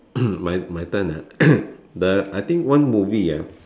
my my turn ah the I think one movie ah